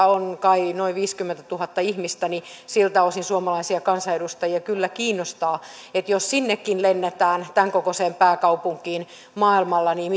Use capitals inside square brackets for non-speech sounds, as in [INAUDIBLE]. [UNINTELLIGIBLE] on kai noin viisikymmentätuhatta ihmistä niin siltä osin suomalaisia kansanedustajia kyllä kiinnostaa että jos sinnekin lennetään tämän kokoiseen pääkaupunkiin maailmalla niin [UNINTELLIGIBLE]